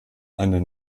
einer